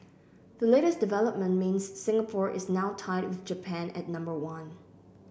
the latest development means Singapore is now tied with Japan at number one